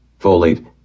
folate